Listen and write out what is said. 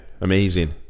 amazing